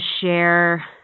share